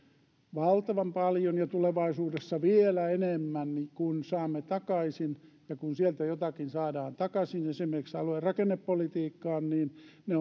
valtavan paljon ja tulevaisuudessa vielä enemmän kuin saamme takaisin ja kun sieltä jotakin saadaan takaisin esimerkiksi alue ja rakennepolitiikkaan ne